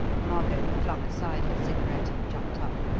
margot flung aside her cigarette and jumped up,